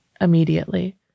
immediately